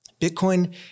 Bitcoin